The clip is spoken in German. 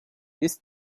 ist